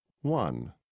one